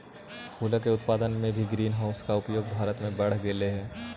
फूलों के उत्पादन में भी ग्रीन हाउस का उपयोग भारत में बढ़ रहलइ हे